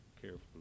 carefully